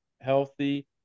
Healthy